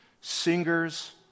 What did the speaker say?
singers